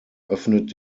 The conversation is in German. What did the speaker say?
öffnet